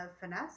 finesse